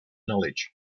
knowledge